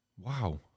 Wow